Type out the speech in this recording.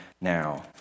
now